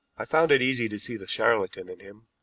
i found it easy to see the charlatan in him,